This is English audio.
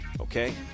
Okay